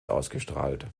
ausgestrahlt